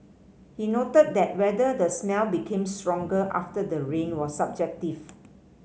he noted that whether the smell became stronger after the rain was subjective